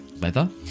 leather